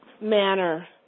manner